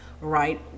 Right